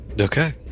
Okay